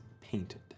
painted